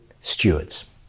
stewards